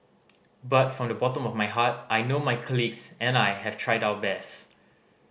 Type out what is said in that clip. but from the bottom of my heart I know my colleagues and I have tried our best